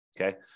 okay